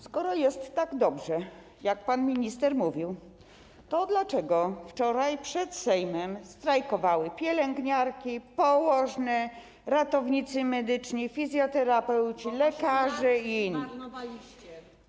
Skoro jest tak dobrze, jak pan minister mówił, to dlaczego wczoraj przed Sejmem strajkowały pielęgniarki, położne, ratownicy medyczni, fizjoterapeuci, lekarze i inni?